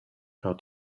how